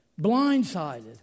blindsided